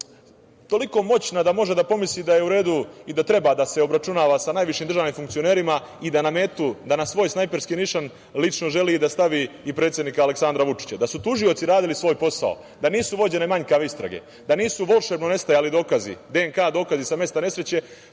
toliko moćna da može da pomisli da je u redu i da treba da se obračunava sa najvišim državnim funkcionerima i da na metu, na svoj snajperski nišan lično želi da stavi i predsednika Aleksandra Vučića. Da su tužioci radili svoj posao, da nisu vođene manjkave istrage, da nisu volšebno nestajali dokazi, DNK dokazi sa mesta nesreće,